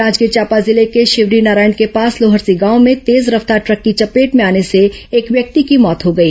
जांजगीर चांपा जिले के शिवरीनारायण के पास लोहरसी गांव में तेज रफ्तार ट्रक की चपेट में आने से एक व्यक्ति की मौत हो गई